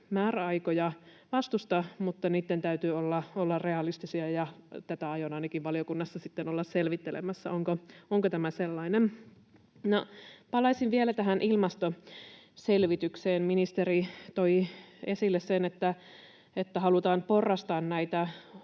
määräaikoja vastusta, mutta niitten täytyy olla realistisia, ja tätä aion ainakin valiokunnassa sitten olla selvittelemässä, onko tämä sellainen. No, palaisin vielä tähän ilmastoselvitykseen: Ministeri toi esille, että halutaan porrastaa näitä